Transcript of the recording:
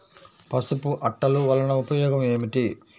పసుపు అట్టలు వలన ఉపయోగం ఏమిటి?